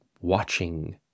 watching